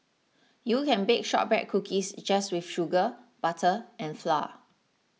you can bake Shortbread Cookies just with sugar butter and flour